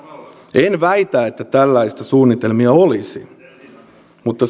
en väitä että tällaisia suunnitelmia olisi mutta